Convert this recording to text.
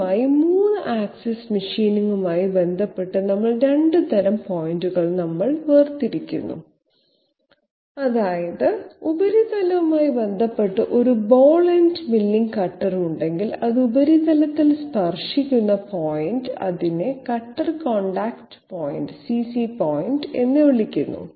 ആദ്യമായി 3 ആക്സിസ് മെഷീനിംഗുമായി ബന്ധപ്പെട്ട് നമ്മൾ 2 തരം പോയിന്റുകൾ തമ്മിൽ വേർതിരിക്കുന്നു അതായത് ഉപരിതലവുമായി ബന്ധപ്പെട്ട് ഒരു ബോൾ എൻഡ് മില്ലിംഗ് കട്ടർ ഉണ്ടെങ്കിൽ അത് ഉപരിതലത്തിൽ സ്പർശിക്കുന്ന പോയിന്റ് അതിനെ cutter contact point CC point എന്ന് വിളിക്കുന്നു